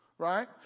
Right